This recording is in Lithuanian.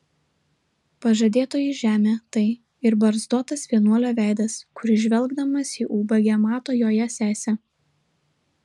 pažadėtoji žemė tai ir barzdotas vienuolio veidas kuris žvelgdamas į ubagę mato joje sesę